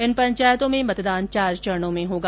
इन पंचायतों में मतदान चार चरणों में होगा